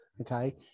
Okay